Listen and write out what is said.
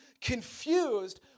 confused